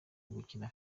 gukina